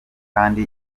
kandi